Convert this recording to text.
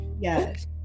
yes